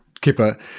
Kipper